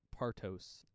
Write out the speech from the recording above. Partos